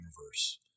universe